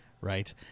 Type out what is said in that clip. right